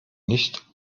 nicht